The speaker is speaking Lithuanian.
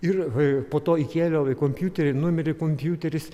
ir po to įkėliau į kompiuterį numirė kompiuteris